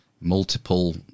multiple